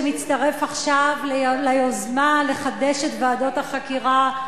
שמצטרף עכשיו ליוזמה לחדש את ועדות החקירה,